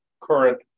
current